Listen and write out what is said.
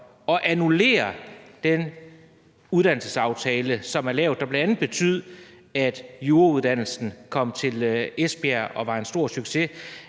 at annullere den uddannelsesaftale, som er lavet, og som bl.a. betød, at jurauddannelsen kom til Esbjerg og var en stor succes.